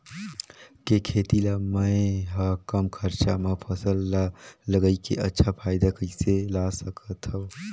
के खेती ला मै ह कम खरचा मा फसल ला लगई के अच्छा फायदा कइसे ला सकथव?